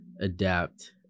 adapt